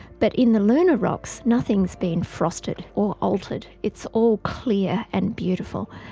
but in the lunar rocks nothing has been frosted or altered, it's all clear and beautiful,